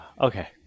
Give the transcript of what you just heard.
Okay